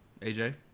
AJ